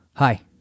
Hi